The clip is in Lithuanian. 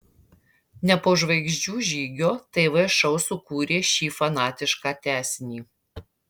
ne po žvaigždžių žygio tv šou sukūrė šį fanatišką tęsinį